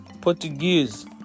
Portuguese